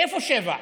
איפה 19:00?